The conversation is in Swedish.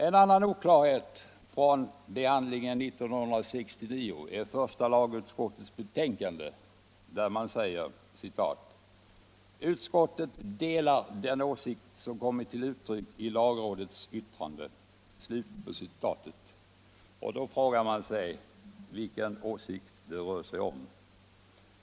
En annan oklarhet från behandlingen 1969 är första lagutskottets utlåtande där man säger: ”Utskottet delar den åsikt som kommit till uttryck i lagrådets yttrande.” Man frågar sig vilken åsikt det rör sig om.